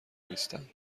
نیستند